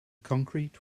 concrete